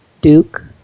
Duke